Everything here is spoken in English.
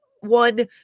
one